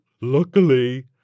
luckily